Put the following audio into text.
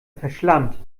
verschlampt